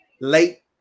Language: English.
Late